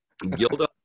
Gilda